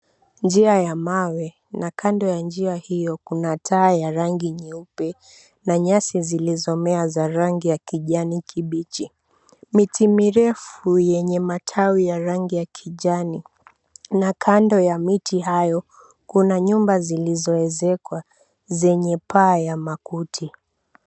Njia ya mawe. Na kando ya njia hiyo kuna taa ya rangi nyeupe na nyasi zilizomea za rangi ya kijani kibichi. Miti mirefu yenye matawi ya rangi ya kijani, na kando ya miti hayo kuna nyumba zilizoezekwa zenye paa ya makuti.